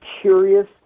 curious